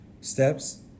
steps